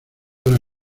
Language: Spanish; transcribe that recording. ahora